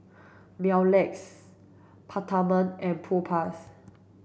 Mepilex Peptamen and Propass